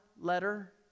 letter